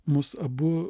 mus abu